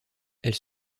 elle